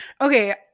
Okay